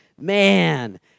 man